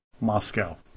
Moscow